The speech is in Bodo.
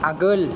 आगोल